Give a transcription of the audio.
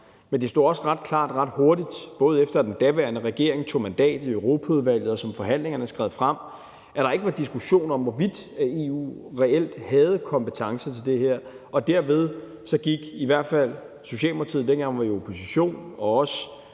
men det stod også ret klart ret hurtigt, både efter at den daværende regering tog mandat i Europaudvalget, og som forhandlingerne skred frem, at der ikke var nogen diskussion om, hvorvidt EU reelt havde kompetence til det her, og derved brugte i hvert fald Socialdemokratiet, der dengang var i opposition,